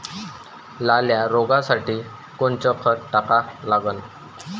लाल्या रोगासाठी कोनचं खत टाका लागन?